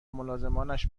ملازمانش